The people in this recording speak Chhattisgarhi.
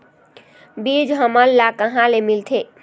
बीज हमन ला कहां ले मिलथे?